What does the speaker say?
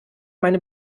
meine